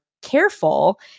careful